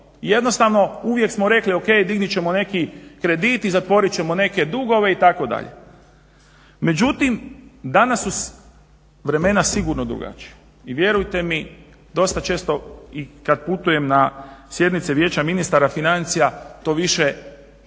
jednostavno uvijek smo rekli o.k.dignut ćemo neki kredit i zatvoriti ćemo neke dugove itd., međutim danas su vremena sigurno drugačija. I vjerujte mi dosta često i kada putujem na sjednice Vijeća ministara financija to više